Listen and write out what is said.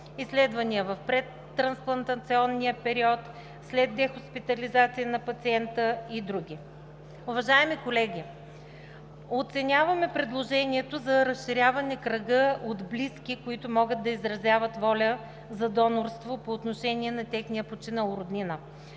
изследвания в предтрансплантационния период, след дехоспитализация на пациента и други. Уважаеми колеги, оценяваме предложението за разширяване на кръга от близки, които могат да изразяват воля за донорство по отношение на техния починал роднина,